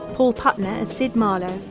paul putner as sid marlowe,